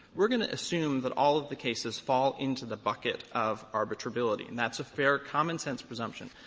we're going to assume that all of the cases fall into the bucket of arbitrability, and that's a fair common-sense presumption.